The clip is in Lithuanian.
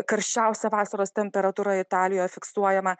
karščiausia vasaros temperatūra italijoje fiksuojama